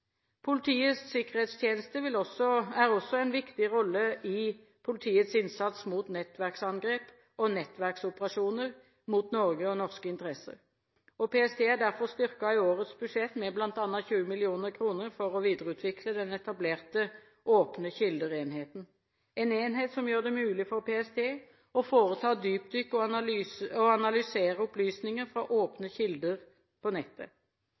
Politiets sikkerhetstjeneste har også en viktig rolle i politiets innsats mot nettverksangrep og nettverksoperasjoner mot Norge og norske interesser. PST er derfor styrket i årets budsjett med bl.a. 20 mill. kr for å videreutvikle den etablerte Åpne kilder-enheten – en enhet som gjør det mulig for PST å foreta dypdykk og analysere opplysninger fra åpne kilder på nettet.